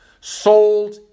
sold